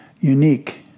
unique